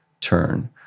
turn